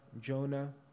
Jonah